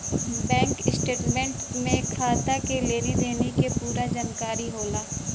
bank statement में खाता के लेनी देनी के पूरा जानकारी होला